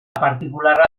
partikularra